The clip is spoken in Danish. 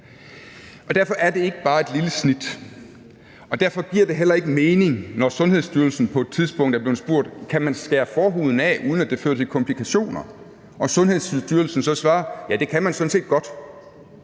Derfor er det ikke bare et lille snit, og derfor giver det heller ikke mening, når Sundhedsstyrelsen på et tidspunkt er blevet spurgt, om man kan skære forhuden af, uden at det fører til komplikationer, og Sundhedsstyrelsen så svarer: Ja, det kan man sådan set godt.